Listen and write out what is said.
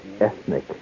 ethnic